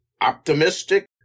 optimistic